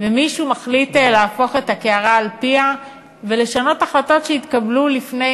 ומישהו מחליט להפוך את הקערה על פיה ולשנות החלטות שהתקבלו לפני,